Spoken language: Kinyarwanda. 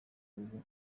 ubu